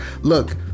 Look